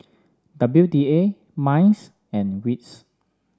W D A MICE and WITS